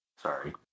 Sorry